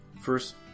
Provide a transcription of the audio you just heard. First